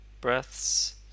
breaths